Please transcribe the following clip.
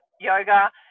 yoga